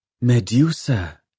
Medusa